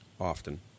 often